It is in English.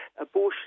abortion